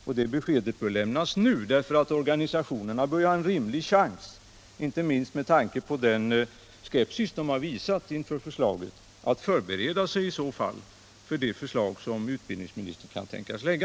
Och det beskedet bör lämnas nu — organisationerna bör, inte minst med tanke på den skepsis de visat inför förslaget, ha en rimlig chans att förbereda sig inför det förslag som utbildningsministern kan tänkas framlägga.